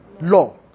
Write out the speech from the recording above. law